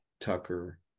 Tucker